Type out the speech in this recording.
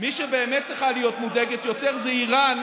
מי שבאמת צריכה להיות מודאגת יותר זה איראן,